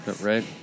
Right